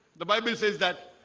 the bible says that